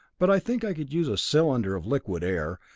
but i think i would use a cylinder of liquid air,